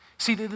See